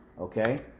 Okay